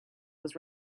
was